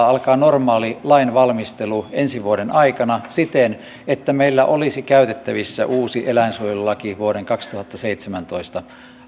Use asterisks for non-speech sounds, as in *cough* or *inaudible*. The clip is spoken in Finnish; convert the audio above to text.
*unintelligible* alkaa normaali lainvalmistelu ensi vuoden aikana siten että meillä olisi käytettävissä uusi eläinsuojelulaki vuoden kaksituhattaseitsemäntoista